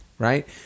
Right